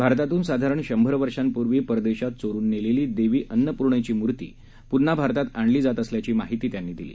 भारतातून साधारण शंभर वर्षापूर्वी परदेशात चोरून नेलेली देवी अन्नपुर्णेची मुर्ती पुन्हा भारतात आणली जात असल्याची माहितीही त्यांनी दिली